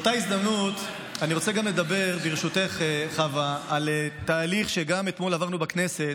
באותה הזדמנות אני רוצה גם לדבר על תהליך שעברנו אתמול בכנסת,